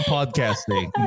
Podcasting